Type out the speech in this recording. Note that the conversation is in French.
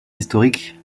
historique